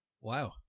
Wow